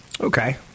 Okay